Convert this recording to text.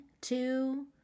two